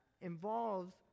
involves